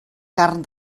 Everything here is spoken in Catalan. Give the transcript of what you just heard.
carn